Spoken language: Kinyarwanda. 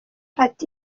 ati